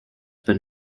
been